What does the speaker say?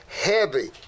Heavy